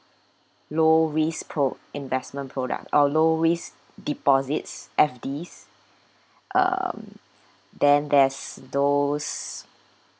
low risk pro~ investment product or low risk deposits F_Ds um then there's those